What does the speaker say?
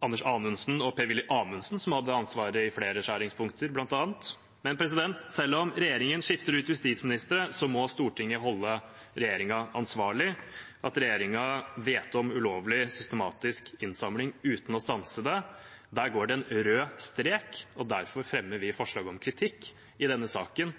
Anders Anundsen og Per-Willy Amundsen som hadde ansvaret i flere skjæringspunkter, bl.a. Men selv om regjeringen skifter ut justisministre, må Stortinget holde regjeringen ansvarlig. At regjeringen vet om ulovlig systematisk innsamling uten å stanse det – der går det en rød strek. Derfor fremmer vi forslag om kritikk i denne saken.